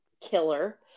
killer